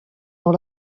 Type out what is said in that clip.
dans